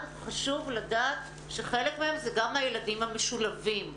חשוב לדעת שחלק מהם אלו גם הילדים המשולבים,